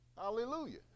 Hallelujah